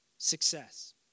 success